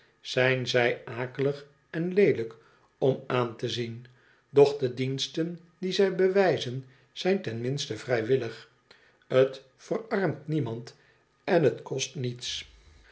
zijn zij akelig en leelijk om aan te zien doch de diensten die zij bewijzen zijn ten minste vrijwillig t verarmt niemand en t kost niets